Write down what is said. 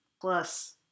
plus